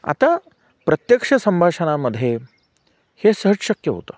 आता प्रत्यक्ष संभाषणामध्ये हे सहज शक्य होतं